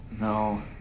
No